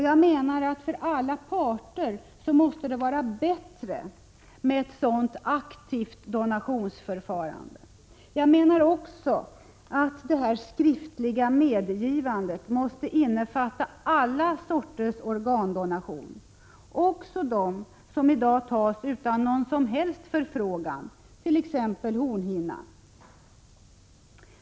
Jag menar att det för alla parter måste vara bättre med ett sådant aktivt donationsförfarande. Jag menar också att detta skriftliga medgivande måste innefatta alla sorters donation av organ, också av dem som i dag tas utan någon som helst förfrågan, t.ex. hornhinnan.